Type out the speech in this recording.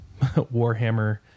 Warhammer